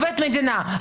הוא בסך הכול עובד מדינה.